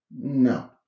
no